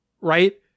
right